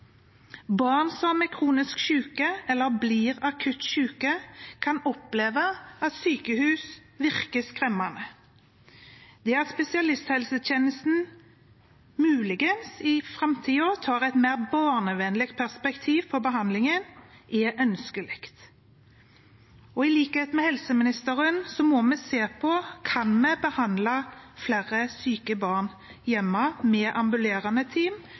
Barn som er kronisk syke, eller blir akutt syke, kan oppleve at sykehus virker skremmende. Det at spesialisthelsetjenesten i framtiden muligens har et mer barnevennlig perspektiv på behandlingen, er ønskelig. I likhet med helseministeren ønsker vi å se på om vi kan behandle flere syke barn hjemme med ambulerende team,